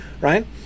right